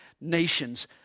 nations